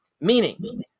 Meaning